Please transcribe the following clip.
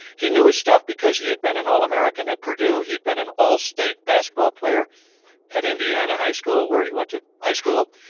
he knew his stuff because he had been an all-american at purdue, he had been an all-state basketball player at indiana high school, where he went to high school,